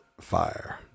fire